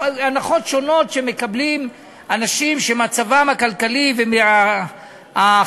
אלה הנחות שונות שמקבלים אנשים שבשל מצבם הכלכלי ועם ההכנסות